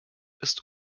ist